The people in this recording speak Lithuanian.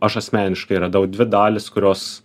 aš asmeniškai radau dvi dalys kurios